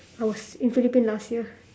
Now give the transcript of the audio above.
I was in philippine last year